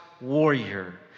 warrior